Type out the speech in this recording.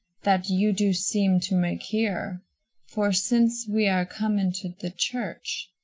that you do seem to make here for since we are come into the church,